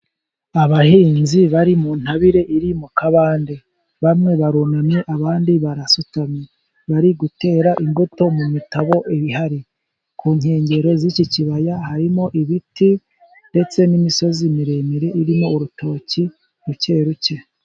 Abahinzi bari mu ntabire iri mu kabande, bamwe barunamye abandi barasutamye bari gutera imbuto mu mitabo ihari. Ku nkengero z'iki kibaya harimo ibiti, ndetse n'imisozi miremire irimo urutoki ruke ruke.